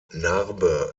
narbe